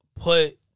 put